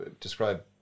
describe